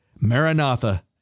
Maranatha